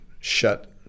shut